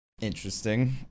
interesting